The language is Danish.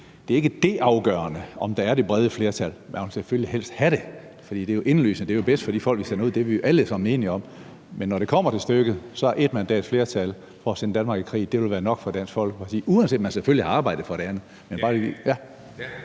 er det ikke er det afgørende, at der er det brede flertal. Man vil selvfølgelig helst have det, for det er jo indlysende, at det er bedst for de folk, vi sender ud – det er vi alle sammen enige om. Men når det kommer til stykket, er et mandats flertal for at sende Danmark i krig nok for Dansk Folkeparti, uanset at man så selvfølgelig har arbejdet for det andet.